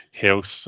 health